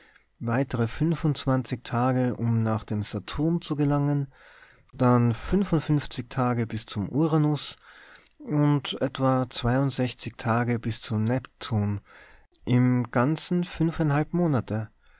weitere tage um nach dem saturn zu gelangen dann tage bis zum uranus und etwa tage bis zum neptun im ganzen fünfeinhalb monate